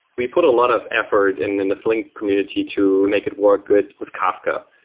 we put a lot of effort in and the flink community to make it work good with kafka,